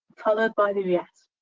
followed by the us.